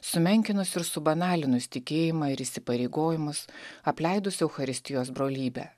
sumenkinus ir subanalinus tikėjimą ir įsipareigojimus apleidus eucharistijos brolybę